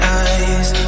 eyes